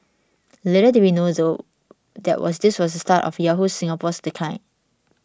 little did we know though that was this was the start of Yahoo Singapore's decline